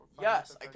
Yes